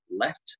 left